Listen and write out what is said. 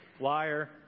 Liar